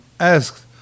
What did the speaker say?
asked